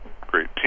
great